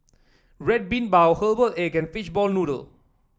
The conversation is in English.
Red Bean Bao Herbal Egg and Fishball Noodle